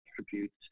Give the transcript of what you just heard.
attributes